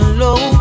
low